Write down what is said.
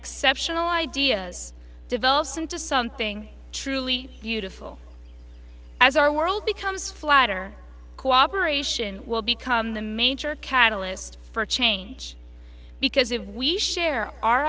exceptional ideas develops into something truly beautiful as our world becomes flatter cooperation will become the major catalyst for change because if we share our